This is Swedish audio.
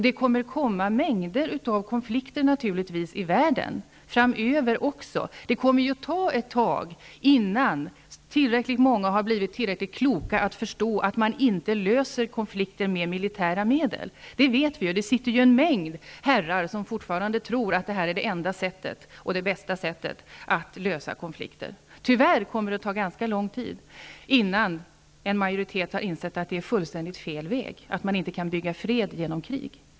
Det kommer naturligtvis också framöver att uppstå mängder av konflikter i världen. Det kommer att ta ett tag innan tillräckligt många har blivit tillräckligt kloka för att förstå att man inte löser konflikter med militära medel. Detta vet vi. Det finns fortfarande en mängd herrar som tror att det här är det enda och bästa sättet att lösa konflikter. Tyvärr kommer det att ta ganska lång tid innan en majoritet har insett att det är fullständigt fel väg, att man inte kan bygga fred genom krig.